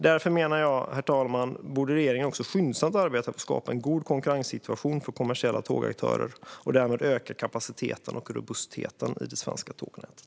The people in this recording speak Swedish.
Därför menar jag att regeringen skyndsamt borde arbeta för att skapa en god konkurrenssituation för kommersiella tågaktörer och därmed öka kapaciteten och robustheten i det svenska tågnätet.